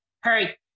Hurry